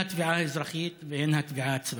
הן התביעה האזרחית והן התביעה הצבאית.